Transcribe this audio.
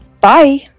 Bye